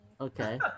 okay